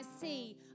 see